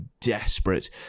desperate